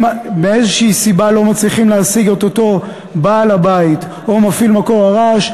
אם מאיזושהי סיבה לא מצליחים להשיג את בעל-הבית או מפעיל מקור הרעש,